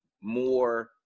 more